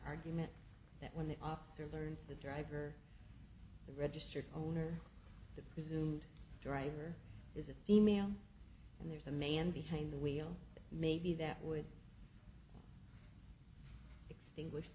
argument that when the officer learns the driver the registered owner the presumed driver is a female and there's a man behind the wheel maybe that would extinguish